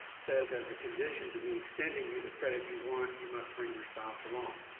says as a condition to me extending you the credit you want, you must bring your spouse along.